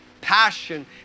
passion